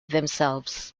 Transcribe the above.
themselves